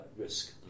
risk